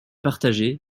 partagée